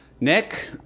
Nick